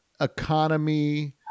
economy